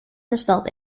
herself